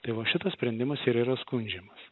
tai va šitas sprendimas ir yra skundžiamas